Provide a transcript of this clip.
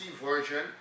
version